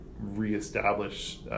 reestablish